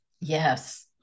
Yes